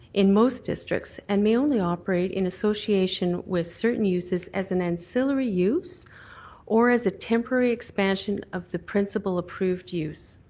in most districts and may only operate in association with certain uses as an ancillary use or as a temporary expansion of the principal approved use.